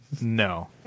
No